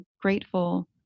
grateful